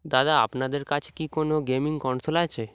দাদা আপনাদের কাছে কি কোনো গেমিং কনসোল আছে